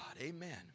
Amen